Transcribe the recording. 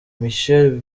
michelle